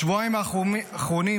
בשבועיים האחרונים,